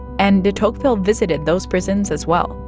and de tocqueville visited those prisons as well,